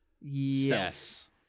yes